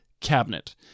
cabinet